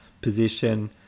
position